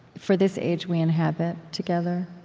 for this age we inhabit together